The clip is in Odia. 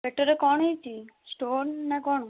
ପେଟରେ କ'ଣ ହେଇଛି ଷ୍ଟୋନ୍ ନା କ'ଣ